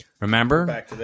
Remember